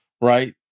right